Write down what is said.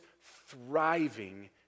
thriving